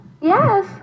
Yes